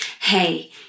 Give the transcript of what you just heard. hey